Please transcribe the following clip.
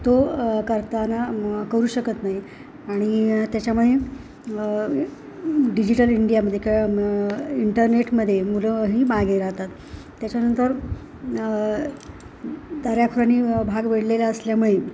तो करताना करू शकत नाही आणि त्याच्यामुळे डिजिटल इंडियामध्ये किंवा इंटरनेटमध्ये मुलंही मागे राहतात त्याच्यानंतर दऱ्याखोऱ्यानी भाग वेढलेला असल्यामुळे